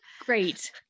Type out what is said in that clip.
Great